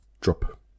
drop